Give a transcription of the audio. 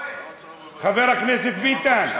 חבר הכנסת ביטן,